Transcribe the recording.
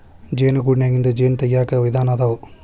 ಜೇನು ಗೂಡನ್ಯಾಗಿಂದ ಜೇನ ತಗಿಯಾಕ ವಿಧಾನಾ ಅದಾವ